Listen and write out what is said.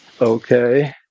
Okay